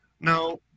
Now